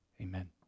Amen